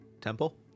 temple